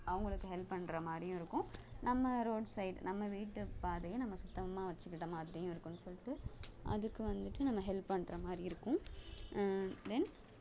அவங்களுக்கு ஹெல்ப் பண்ணுற மாதிரியும் இருக்கும் நம்ம ரோட் சைடு நம்ம வீட்டு பாதையை நம்ம சுத்தமாக வச்சுக்கிட்ட மாதிரியும் இருக்குன்னு சொல்லிட்டு அதுக்கு வந்துட்டு நம்ம ஹெல்ப் பண்ணுற மாதிரி இருக்கும் அண்ட் தென்